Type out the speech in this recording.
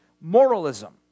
moralism